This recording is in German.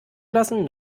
lassen